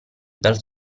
dal